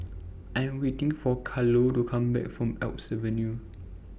I Am waiting For Carlo to Come Back from Alps Avenue